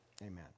Amen